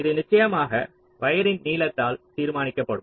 இது நிச்சயமாக வயர்ரின் நீளத்தால் தீர்மானிக்கப்படும்